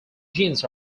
jeans